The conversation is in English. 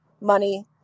money